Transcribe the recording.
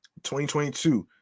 2022